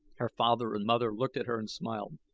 her father and mother looked at her and smiled.